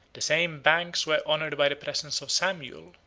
the same banks were honored by the presence of samuel,